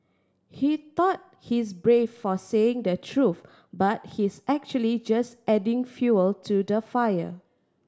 he thought he's brave for saying the truth but he's actually just adding fuel to the fire